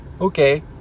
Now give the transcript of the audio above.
Okay